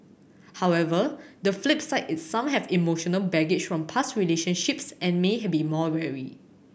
however the flip side is some have emotional baggage from past relationships and may had be more wary